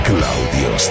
Claudio